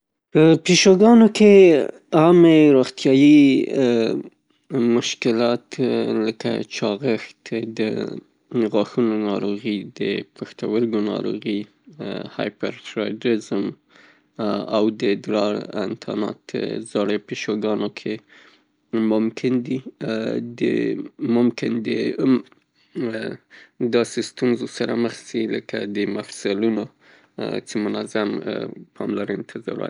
په پیشوګانو کې عامې روغتیایي مشکلات لکه چاغښت او د غاښونو ناروغي د پښتورګو ناروغي، هایپر ترایدیزم او د ادرار انتانات زاړه پیشوګانو کې ممکن دي. ممکن د داسې ستونزو سره مخ شي لکه د مفصلونو چې منظمې پاملرنې ته ضرورت لري.